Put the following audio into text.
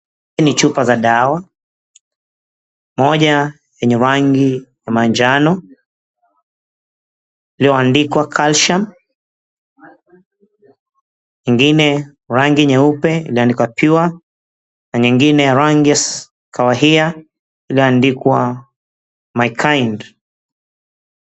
Hii ni chupa za dawa. Moja yenye rangi ya manjano iliyoandikwa, Calcium. Ingine rangi nyeupe iliyoandikwa, Pure, na nyingine ya kawahiya iliyoandikwa, My Kind.